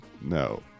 no